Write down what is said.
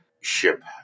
ship